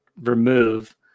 remove